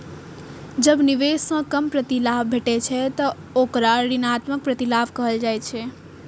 जब निवेश सं कम प्रतिलाभ भेटै छै, ते ओकरा ऋणात्मक प्रतिलाभ कहल जाइ छै